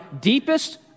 deepest